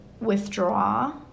withdraw